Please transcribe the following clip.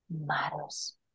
matters